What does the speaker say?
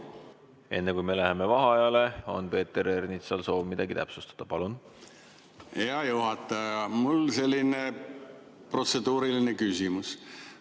Enne, kui me läheme vaheajale, on Peeter Ernitsal soov midagi täpsustada. Palun! Hea juhataja! Mul on selline protseduuriline küsimus.